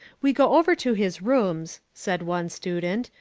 we go over to his rooms, said one student,